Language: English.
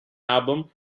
album